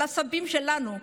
על הסבים שלנו,